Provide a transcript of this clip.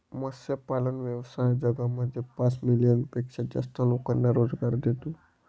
मत्स्यपालन व्यवसाय जगामध्ये पाच मिलियन पेक्षा जास्त लोकांना रोजगार देतो